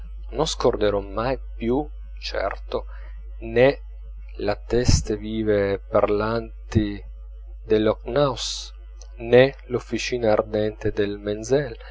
non scorderò mai più certo nè le teste vive e parlanti dello knaus nè l'officina ardente del menzel